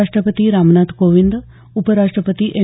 राष्ट्रपती रामनाथ कोविंद उप राष्ट्रपती एम